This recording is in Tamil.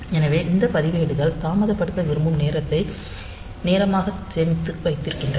எனவே இந்த பதிவேடுகள் தாமதப்படுத்த விரும்பும் நேரத்தை நேரமாக சேமித்து வைத்திருக்கின்றன